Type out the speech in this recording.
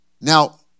Now